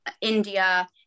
India